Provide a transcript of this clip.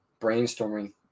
brainstorming